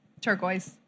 Turquoise